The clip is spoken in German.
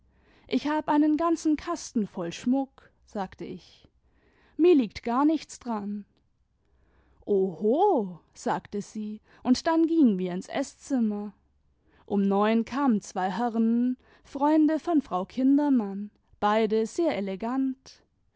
ich hab einen ganzen kasten voll schmuck sagte ich mir liegt gar nichts dran oho sagte sie und dann gingen wir ins eßzimmer um neun kamen zwei herren freimde von frau kindermann beide sehr elegant